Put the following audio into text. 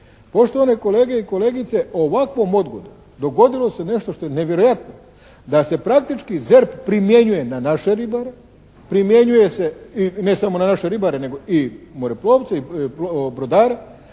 Poštovane kolege i kolegice ovakvom odgodom dogodilo se nešto što je nevjerojatno da se praktički ZERP primjenjuje na naše ribare, primjenjuje se i ne samo na naše ribare nego i moreplovce i brodare,